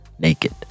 naked